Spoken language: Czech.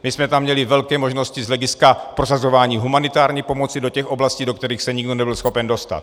My jsme tam měli velké možnosti z hlediska prosazování humanitární pomoci do těch oblastí, do kterých se nikdo nebyl schopen dostat.